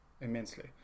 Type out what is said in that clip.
immensely